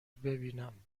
ببینم